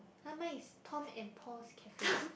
!huh! mine is Tom and Paul's Cafe